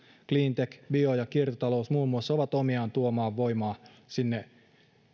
cleantech bio ja kiertotalous muun muassa ovat omiaan tuomaan voimaa sinne